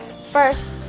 first,